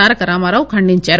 తారక రామారావు ఖండించారు